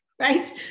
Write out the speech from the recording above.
right